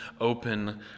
open